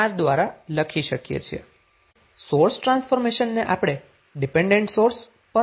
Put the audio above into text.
હવે સોર્સ ટ્ર્રાન્સફોર્મેશનને આપણે ડીપેન્ડન્ટ સોર્સ પર લાગુ કરી શકીએ છીએ